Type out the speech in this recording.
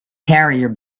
carrier